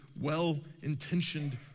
well-intentioned